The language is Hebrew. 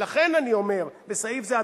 ולכן אני אומר: בסעיף זה,